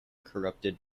corrupted